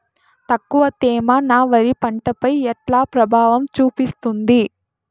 తక్కువ తేమ నా వరి పంట పై ఎట్లా ప్రభావం చూపిస్తుంది?